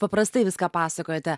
paprastai viską pasakojate